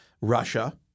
Russia